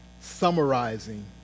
summarizing